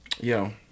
yo